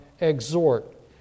exhort